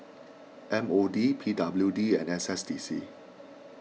M O D P W D and S S D C